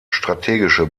strategische